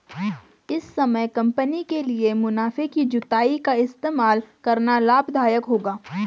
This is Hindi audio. इस समय कंपनी के लिए मुनाफे की जुताई का इस्तेमाल करना लाभ दायक होगा